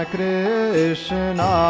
Krishna